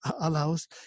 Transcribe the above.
allows